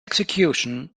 execution